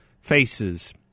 faces